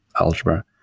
algebra